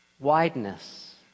Wideness